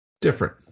different